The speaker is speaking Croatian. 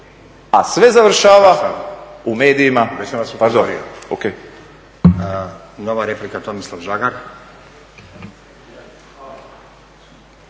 a sve završava u medijima…